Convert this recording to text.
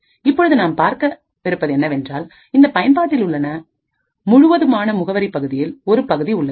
இங்கே நாம் பார்ப்பது என்னவென்றால் இந்த பயன்பாட்டிலுள்ள உள்ளன முழுவதுமான முகவரி பகுதியில் ஒரு பகுதி உள்ளது